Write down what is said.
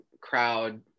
crowd